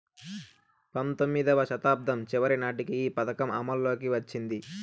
పంతొమ్మిదివ శతాబ్దం చివరి నాటికి ఈ పథకం అమల్లోకి వచ్చింది